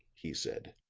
he said.